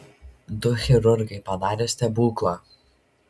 du chirurgai padarė stebuklą